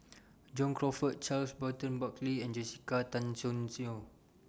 John Crawfurd Charles Burton Buckley and Jessica Tan Soon Neo